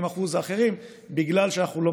קודם כול,